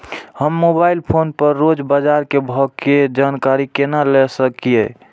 हम mobile phone पर रोज बाजार के भाव के जानकारी केना ले सकलिये?